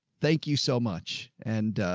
thank you so much. and ah,